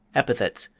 epithets,